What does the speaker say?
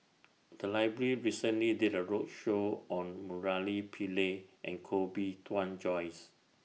The Library recently did A roadshow on Murali Pillai and Koh Bee Tuan Joyce